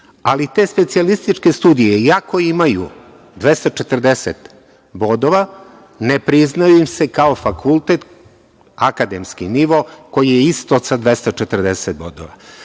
ali te specijalističke studije, iako imaju 240 bodova, ne priznaje im se kao fakultet, akademski nivo koji je isto sa 240 bodova.